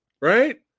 Right